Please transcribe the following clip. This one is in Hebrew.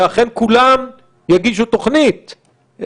ואכן כולם יגישו תוכנית,